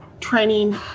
training